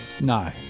No